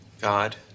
God